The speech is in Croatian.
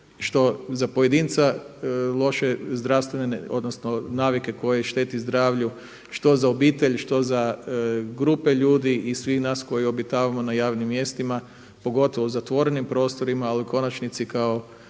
što za pojedinca loše navike koje šteti zdravlju, što za obitelj, što za grupe ljudi i svih nas koji obitavamo na javnim mjestima, pogotovo u zatvorenim prostorima. A u konačnici kao